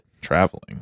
traveling